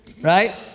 Right